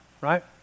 right